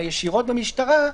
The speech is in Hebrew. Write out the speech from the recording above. אלה ישירות מהמשטרה,